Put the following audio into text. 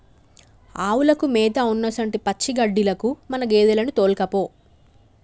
ఆవులకు మేత ఉన్నసొంటి పచ్చిగడ్డిలకు మన గేదెలను తోల్కపో